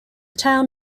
town